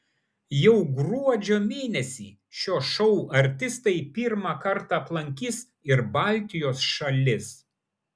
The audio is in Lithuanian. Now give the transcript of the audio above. jau gruodžio mėnesį šio šou artistai pirmą kartą aplankys ir baltijos šalis